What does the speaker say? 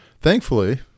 Thankfully